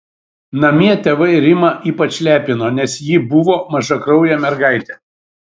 namie tėvai rimą ypač lepino nes ji buvo mažakraujė mergaitė